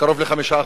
קרוב ל-5%,